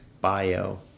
bio